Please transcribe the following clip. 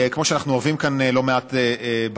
כמו שאנחנו אוהבים לא מעט בכנסת,